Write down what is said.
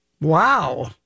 Wow